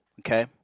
Okay